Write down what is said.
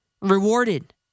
Rewarded